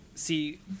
see